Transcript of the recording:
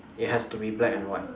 it has to be black and white